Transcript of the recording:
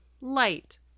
light